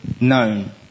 known